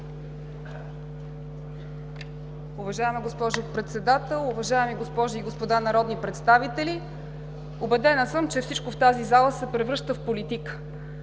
Уважаема госпожо Председател, уважаеми госпожи и господа народни представители! Убедена съм, че всичко в тази зала се превръща в политика!